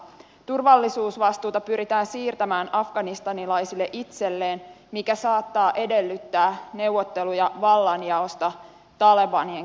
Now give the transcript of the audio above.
turvallisuusvastuuta pyritään siirtämään afganistanilaisille itselleen mikä saattaa edellyttää neuvotteluja vallanjaosta talebanien kanssa